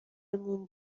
موم